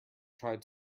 tried